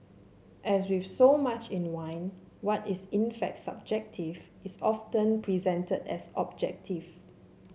as with so much in wine what is in fact subjective is often presented as objective